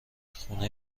خونه